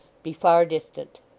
be far distant